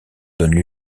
donnent